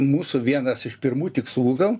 mūsų vienas iš pirmų tikslų gal